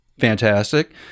fantastic